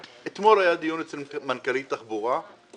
אתמול היה דיון אצל מנכ"לית משרד התחבורה אליו